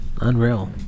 unreal